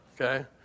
Okay